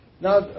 Now